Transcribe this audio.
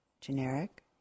generic